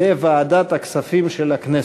בוועדת הכספים של הכנסת.